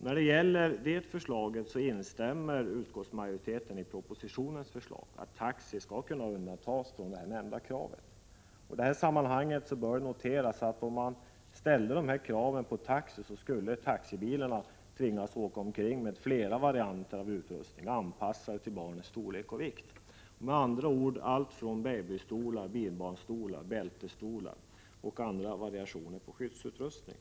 När det gäller det förslaget instämmer utskottsmajoriteten i propositionens förslag att taxi skall undantas. I det här sammanhanget bör det noteras, att om man ställde dessa krav på taxi, skulle taxibilarna tvingas att åka omkring med flera varianter av utrustning, anpassade till barnens storlek och vikt, med andra ord allt från babystolar, bilbarnstolar, bältesstolar och andra typer av skyddsutrustning.